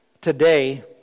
today